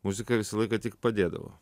muzika visą laiką tik padėdavo